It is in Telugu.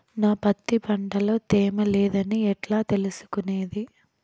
నా పత్తి పంట లో తేమ లేదని ఎట్లా తెలుసుకునేది?